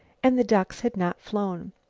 and the ducks had not flown.